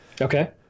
Okay